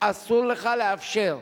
אסור לך לאפשר,